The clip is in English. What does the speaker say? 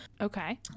Okay